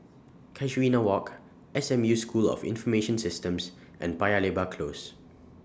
Casuarina Walk S M U School of Information Systems and Paya Lebar Close